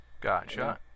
Gotcha